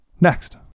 next